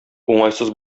уңайсыз